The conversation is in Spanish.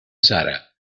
sara